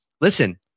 listen